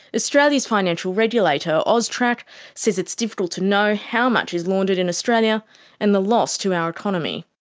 australia's financial regulator, austrac, says it's difficult to know how much is laundered in australia and the loss to our economy.